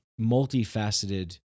multifaceted